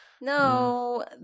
No